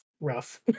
rough